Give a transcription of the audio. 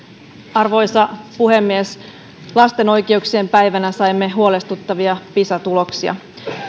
arvoisa puhemies lasten oikeuksien päivänä saimme huolestuttavia pisa tuloksia